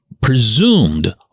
presumed